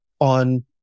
on